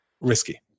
risky